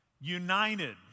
United